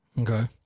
Okay